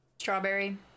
Strawberry